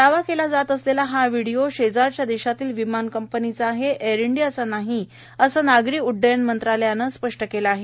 दावा केला जात असलेला हा व्हिडिओ शेजारच्या देशातील विमान कंपनीचा आहे एअर इंडियाचा नाही असे नागरी उड्डाण मंत्रालयाने स्पष्ट केले आहे